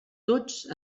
tots